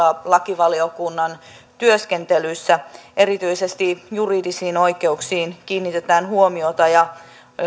lakivaliokunnan työskentelyssä erityisesti juridisiin oikeuksiin kiinnitetään huomiota ja